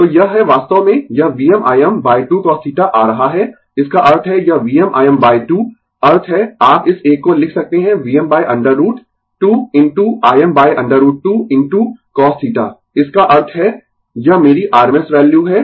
Refer Slide Time 1509 तो यह है वास्तव में यह VmIm 2cos θ आ रहा है इसका अर्थ है यह VmIm 2 अर्थ है आप इस एक को लिख सकते है Vm √ 2 into Im √ 2 into cos θ इसका अर्थ है यह मेरी rms वैल्यू है